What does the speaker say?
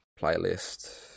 Playlist